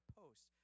post